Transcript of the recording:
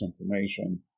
information